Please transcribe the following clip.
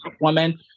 woman